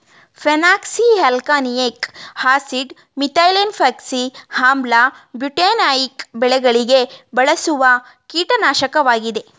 phenoxyalkanoic acid, methylphenoxy ಆಮ್ಲ, butanoic ಬೆಳೆಗಳಿಗೆ ಬಳಸುವ ಕೀಟನಾಶಕವಾಗಿದೆ